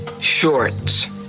shorts